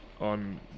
on